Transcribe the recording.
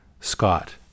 Scott